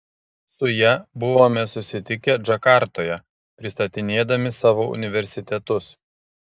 su ja buvome susitikę džakartoje pristatinėdami savo universitetus